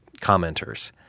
commenters